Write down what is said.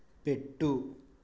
పెట్టు